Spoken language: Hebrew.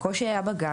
בקושי היה בגן,